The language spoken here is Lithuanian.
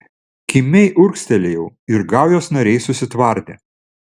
kimiai urgztelėjau ir gaujos nariai susitvardė